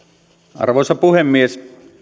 arvoisa puhemies